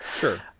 Sure